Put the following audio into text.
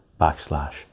backslash